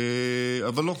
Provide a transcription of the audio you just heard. אבל לא.